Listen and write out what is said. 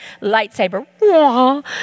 lightsaber